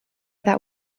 that